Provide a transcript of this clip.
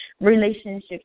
relationships